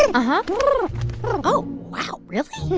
uh-huh oh, wow. really?